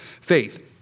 faith